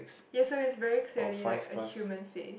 yes so it's very clearly like a human face